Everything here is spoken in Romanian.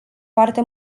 foarte